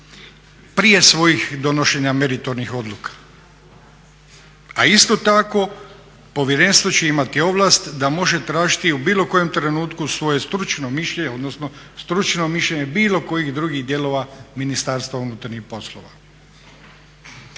prije svojih donošenja meritornih odluka. A isto tako povjerenstvo će imati ovlast da može tražiti u bilo kojem trenutku svoje stručno mišljenje odnosno stručno mišljenje bilo kojih drugih dijelova Ministarstva unutarnjih poslova.